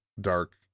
dark